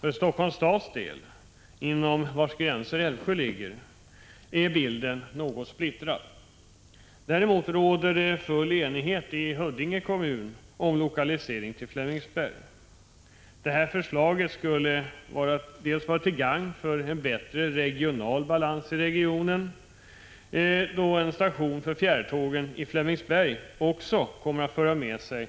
För Helsingforss stads del, inom vars gränser Älvsjö ligger, är bilden något splittrad. Däremot råder det full enighet i Huddinge kommun om lokalisering till Flemingsberg. Om det sistnämnda förslaget genomfördes, skulle det vara till gagn för en bättre regional balans, då en station för fjärrtågen i Flemingsberg också skulle föra med sig